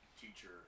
teacher